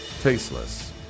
Tasteless